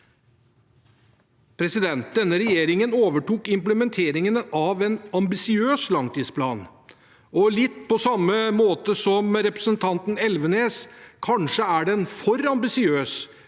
for gitt. Denne regjeringen overtok implementeringen av en ambisiøs langtidsplan. Litt på samme måte som representanten Elvenes sa: Kanskje er den for ambisiøs.